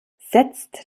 setzt